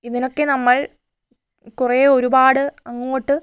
ഇതിനൊക്കെ നമ്മൾ കുറേ ഒരുപാട് അങ്ങോട്ട്